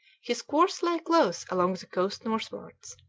his course lay close along the coast northwards.